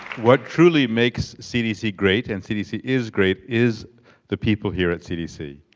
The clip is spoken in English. what truly makes cdc great, and cdc is great, is the people here at cdc.